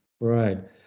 right